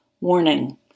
Warning